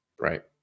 right